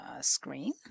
screen